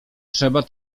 trzeba